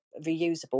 reusable